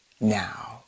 now